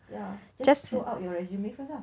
ya just put out your resume first ah